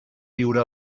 viure